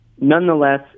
nonetheless